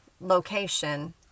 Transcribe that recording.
location